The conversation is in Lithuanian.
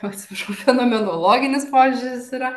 atsiprašau fenomenologinis požiūris yra